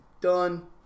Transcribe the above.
Done